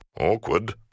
Awkward